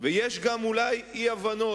ויש גם אולי אי-הבנות.